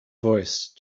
voice